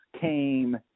came